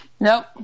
Nope